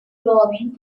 growing